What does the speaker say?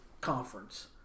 conference